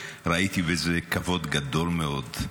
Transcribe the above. וראיתי בזה כבוד גדול מאוד.